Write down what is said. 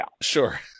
Sure